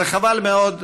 זה חבל מאוד,